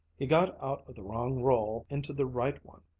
he's got out of the wrong role into the right one.